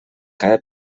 cada